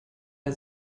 der